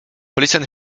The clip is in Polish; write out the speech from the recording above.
policjant